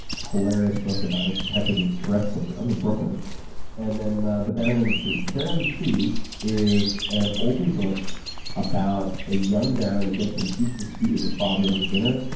hilarious book about a detective with tourette's syndrome in brooklyn and then the the baron in the trees. the baron in the trees is an older book about a young baron who gets in a huge dispute with his father over dinner,